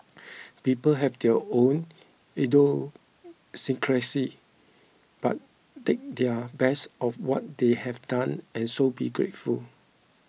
people have their own idiosyncrasies but take their best of what they have done and so be grateful